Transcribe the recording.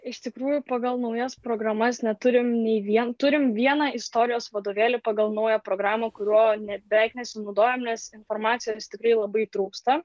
iš tikrųjų pagal naujas programas neturim nei vien turim vieną istorijos vadovėlį pagal naują programą kuriuo ne beveik nesinaudojam nes informacijos tikrai labai trūksta